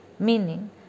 Meaning